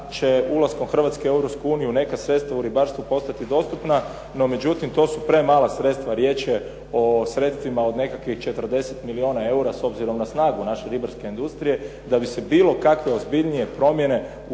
Europsku uniju neka sredstva u ribarstvu postati dostupna, no međutim to su premala sredstva. Riječ je o sredstvima od nekakvih 40 milijuna eura s obzirom na snagu naše ribarske industrije da bi se bilo kakve ozbiljnije promjene u tom